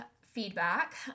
feedback